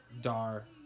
Dar